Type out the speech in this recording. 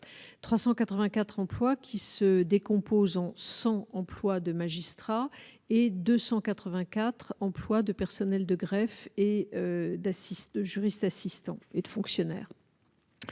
384 emplois qui se décompose en 100 emplois de magistrats et 284 emplois de personnels de greffe et d'assistés de juristes assistants et de fonctionnaires,